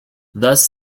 thus